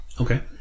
Okay